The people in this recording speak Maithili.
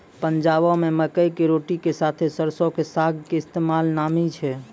पंजाबो मे मकई के रोटी के साथे सरसो के साग के इस्तेमाल नामी छै